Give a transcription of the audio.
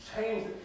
Change